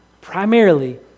primarily